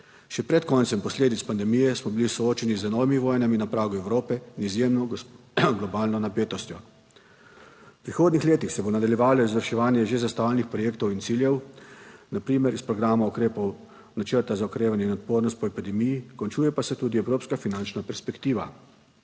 Še pred koncem posledic pandemije smo bili soočeni z novimi vojnami na pragu Evrope in izjemno globalno napetostjo. V prihodnjih letih se bo nadaljevalo izvrševanje že zastavljenih projektov in ciljev, na primer iz programa ukrepov načrta za okrevanje in odpornost po epidemiji, končuje pa se tudi evropska finančna perspektiva.